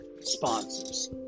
sponsors